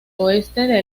oeste